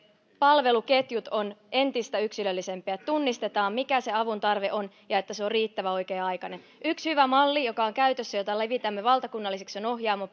palveluketjut ovat entistä yksilöllisempiä tunnistetaan mikä se avun tarve on ja että se on riittävä ja oikea aikainen yksi hyvä malli joka on käytössä jota levitämme valtakunnalliseksi on ohjaamo